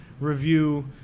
review